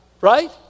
right